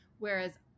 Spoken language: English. Whereas